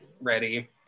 ready